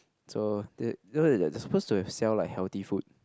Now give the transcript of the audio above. so they they supposed to have sell like healthy food